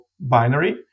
binary